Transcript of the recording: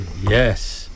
yes